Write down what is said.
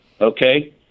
Okay